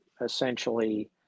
essentially